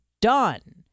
done